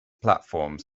platforms